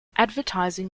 advertising